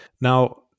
now